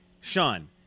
Sean